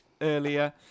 earlier